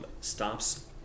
stops